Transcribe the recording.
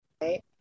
right